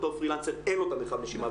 אותו פרי-לנסר אין לו את המרחב נשימה,